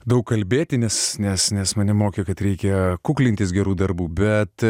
daug kalbėti nes nes nes mane mokė kad reikia kuklintis gerų darbų bet